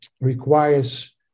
requires